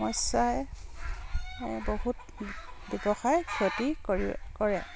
সমস্যাই বহুত ব্যৱসায় ক্ষতি কৰে